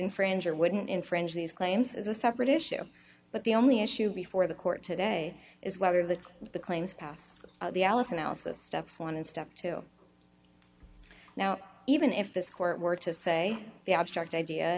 infringe or wouldn't infringe these claims as a separate issue but the only issue before the court today is whether the the claims pass the alice analysis steps one and step two now even if this court were to say the abstract idea